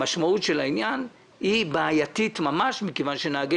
המשמעות של העניין היא בעייתית ממש מכיוון שנהגי